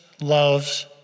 Loves